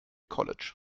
college